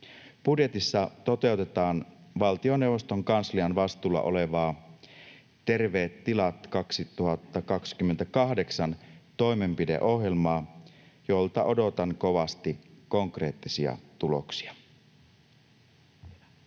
Budjetissa toteutetaan valtioneuvoston kanslian vastuulla olevaa Terveet tilat 2028 -toimenpideohjelmaa, jolta odotan kovasti konkreettisia tuloksia.